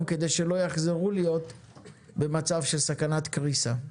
כדי שלא יחזרו להיות במצב של סכנת קריסה.